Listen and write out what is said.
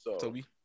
Toby